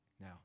Now